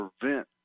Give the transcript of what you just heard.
prevent